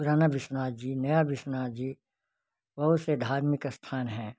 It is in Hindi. पुराना विश्वनाथ जी नया विश्वनाथ जी बहुत से धार्मिक स्थान हैं